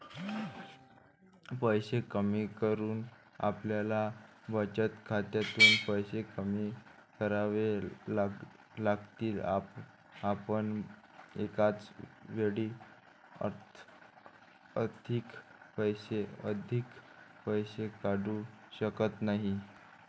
पैसे कमी करून आपल्याला बचत खात्यातून पैसे कमी करावे लागतील, आपण एकाच वेळी अधिक पैसे काढू शकत नाही